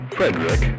Frederick